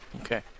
Okay